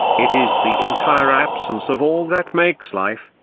it is the entire absence of all that makes life,